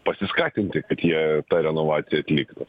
pasiskatinti kad jie tą renovaciją atliktų